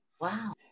Wow